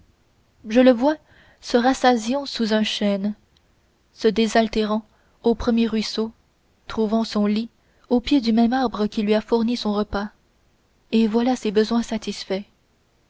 je le vois se rassasiant sous un chêne se désaltérant au premier ruisseau trouvant son lit au pied du même arbre qui lui a fourni son repas et voilà ses besoins satisfaits